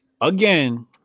again